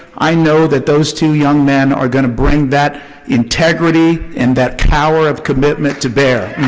i know that those two young men are going to bring that integrity and that power of commitment to bear.